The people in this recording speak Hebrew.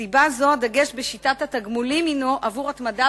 מסיבה זו הדגש בשיטת התגמולים הינו עבור התמדה